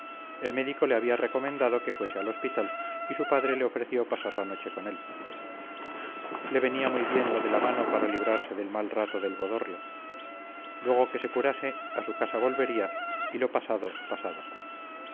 el médico le había recomendado que fuese al hospital y su padre le ofreció pasar la noche con él le venía muy bien lo de la mano para librarse del mal rato del bodorrio luego que se curase a su casa volvería y lo pasado pasado